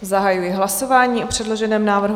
Zahajuji hlasování o předloženém návrhu.